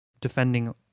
defending